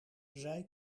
zij